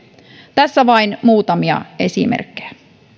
tässä vain muutamia esimerkkejä